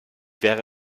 wäre